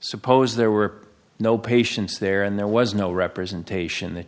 suppose there were no patients there and there was no representation that